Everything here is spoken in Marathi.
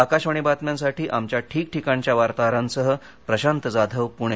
आकाशवाणी बातम्यांसाठी आमच्या ठीकठिकाणच्या वार्ताहरांसह प्रशांत जाधव पुणे